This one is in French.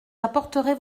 apporterez